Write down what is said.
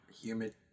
humid